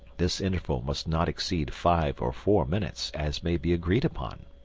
this interval must not exceed five or four minutes, as may be agreed upon.